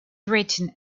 written